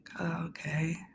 Okay